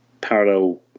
parallel